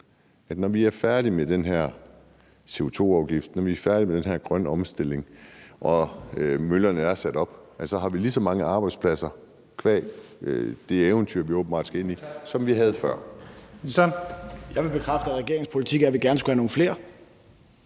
at når vi er færdige med den her CO2-afgift, at når vi er færdige med den her grønne omstilling og møllerne er sat op, har vi lige så mange arbejdspladser – qua det eventyr, vi åbenbart skal ind i – som vi havde før? Kl. 19:49 Første næstformand (Leif Lahn Jensen): Ministeren.